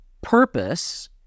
purpose